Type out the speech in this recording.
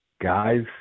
guys